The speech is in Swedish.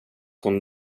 hon